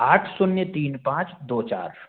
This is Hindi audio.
आठ शून्य तीन पाँच दो चार